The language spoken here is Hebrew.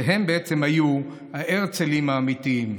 שהם בעצם היו ההרצלים האמיתיים.